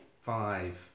Five